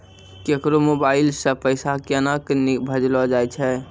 केकरो मोबाइल सऽ पैसा केनक भेजलो जाय छै?